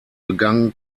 begannen